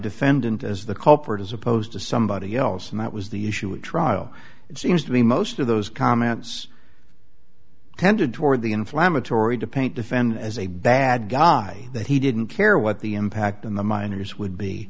defendant as the culprit as opposed to somebody else and that was the issue at trial it seems to me most of those comments tended toward the inflammatory to paint defendant as a bad guy that he didn't care what the impact on the miners would be